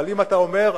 אבל אם אתה אומר,